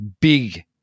big